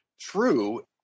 true